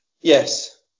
Yes